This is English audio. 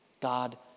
God